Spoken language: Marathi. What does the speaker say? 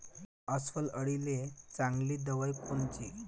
अस्वल अळीले चांगली दवाई कोनची?